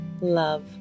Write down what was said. love